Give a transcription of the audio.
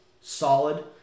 solid